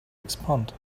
expand